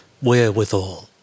wherewithal